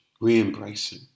re-embracing